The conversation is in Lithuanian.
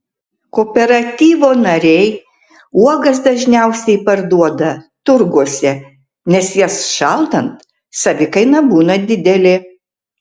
kooperatyvo nariai uogas dažniausiai parduoda turguose nes jas šaldant savikaina būna didelė